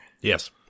Yes